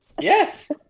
Yes